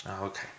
okay